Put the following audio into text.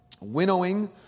winnowing